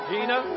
Gina